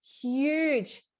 huge